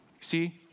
See